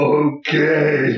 okay